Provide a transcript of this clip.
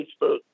Facebook